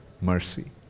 mercy